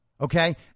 Okay